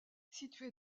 située